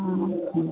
हा